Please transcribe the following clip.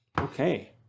Okay